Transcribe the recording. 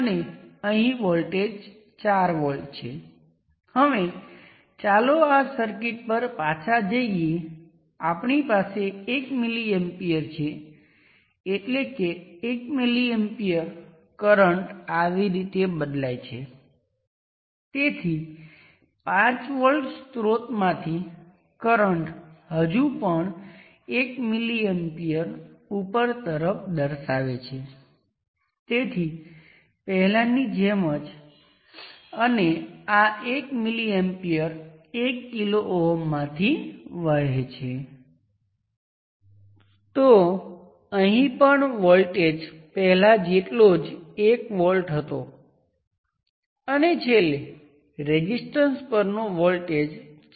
ફરીથી આ બે વચ્ચેના સર્કિટ માટે ઇક્વિવેલન્ટ હોલ્ડ્સ ફરીથી આ બે ટર્મિનલ 1 અને 1 પ્રાઇમ પર ઇક્વિવેલન્ટ ધરાવે છે અને તેનો અર્થ શું છે તે કહે છે કે કોઈપણ સર્કિટ ટર્મિનલથી 1 1 પ્રાઇમ સાથે જોડાયેલ છે